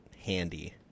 handy